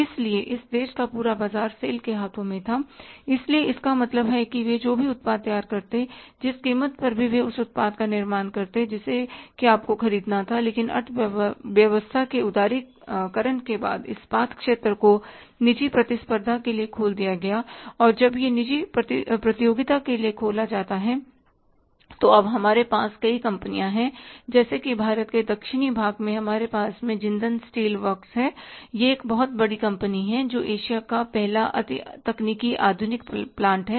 इसलिए इस देश का पूरा बाजार सेल के हाथों में था इसलिए इसका मतलब है कि वे जो भी उत्पाद तैयार करते जिस कीमत पर भी वे उस उत्पाद का निर्माण करते जिसे कि आपको खरीदना था लेकिन अर्थव्यवस्था के उदारीकरण के बाद इस्पात क्षेत्र को निजी प्रतिस्पर्धा के लिए खोल दिया गया और जब यह निजी प्रतियोगिता के लिए खोला जाता है तो अब हमारे पास कई कंपनियां हैं जैसे कि भारत के दक्षिणी भाग में हमारे पास जिंदल स्टील वर्कस है यह एक बहुत बड़ी कंपनी है जो एशिया का पहला अति तकनीकी आधुनिक प्लांट है